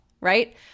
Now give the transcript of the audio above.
Right